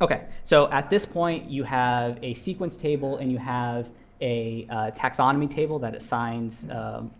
ok, so at this point you have a sequence table. and you have a taxonomy table that assigns